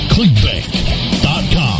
ClickBank.com